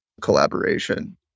collaboration